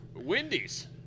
Wendy's